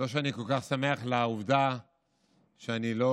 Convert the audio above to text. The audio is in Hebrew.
לא שאני כל כך שמח על העובדה שאני לא